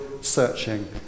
searching